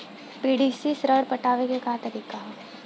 PDC से ऋण पटावे के का तरीका ह?